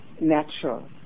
natural